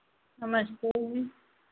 नमस्ते जी